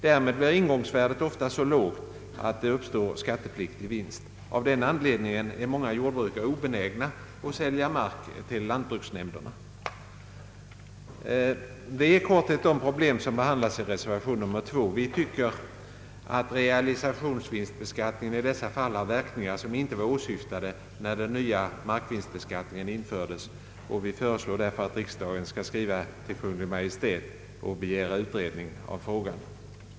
Därmed blir ingångsvärdet ofta så lågt att skattepliktig vinst uppstår. Av den anledningen är många jordbrukare obenägna att sälja mark till lantbruksnämnderna. Detta är i korthet det problem som behandlas i reservation 2. Vi tycker att realisationsvinstbeskattningen i dessa fall har verkningar som inte var åsyftade när den nya markvinstbeskattningen infördes, och vi föreslår därför att riksdagen skall skriva till Kungl. Maj:t och begära utredning av frågan.